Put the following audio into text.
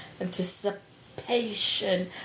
Anticipation